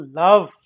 love